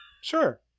Sure